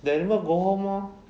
then animal go home lor